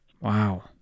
Wow